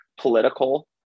political